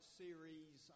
series